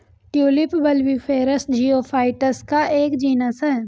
tulip bulbiferous geophytes का एक genus है